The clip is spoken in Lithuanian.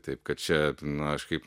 taip kad čia nu aš kaip